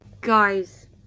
guys